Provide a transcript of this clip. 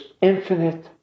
infinite